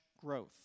growth